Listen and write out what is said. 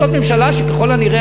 זאת ממשלה שככל הנראה,